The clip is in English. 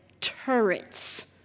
turrets